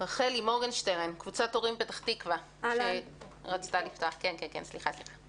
רחלי מורגנשטרן מקבוצת הורים בפתח תקווה שרצתה לפתוח מוסד חינוך.